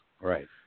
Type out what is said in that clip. right